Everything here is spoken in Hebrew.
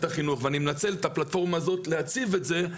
החינוך ואני מנצל את הפלטפורמה הזאת להציף את זה,